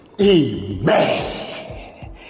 Amen